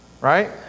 right